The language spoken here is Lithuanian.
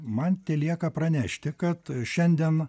man telieka pranešti kad šiandien